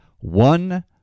One